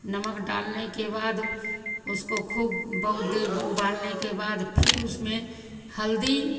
नमक डालने के बाद उसको खूब बहुत देर उबालने के बाद फिर उसमें हल्दी